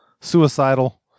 suicidal